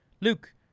Luke